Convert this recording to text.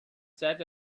set